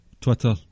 Twitter